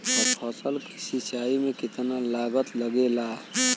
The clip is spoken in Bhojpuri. फसल की सिंचाई में कितना लागत लागेला?